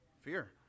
fear